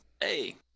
Hey